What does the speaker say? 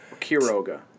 Kiroga